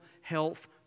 health